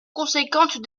conséquente